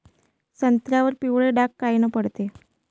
संत्र्यावर पिवळे डाग कायनं पडते?